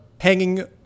hanging